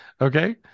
Okay